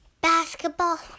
Basketball